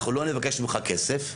אנחנו לא נבקש ממך כסף,